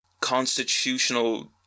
constitutional